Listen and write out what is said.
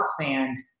fans